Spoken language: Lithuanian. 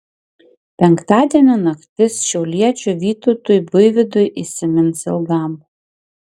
penktadienio naktis šiauliečiui vytautui buivydui įsimins ilgam